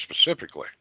specifically